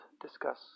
discuss